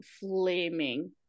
flaming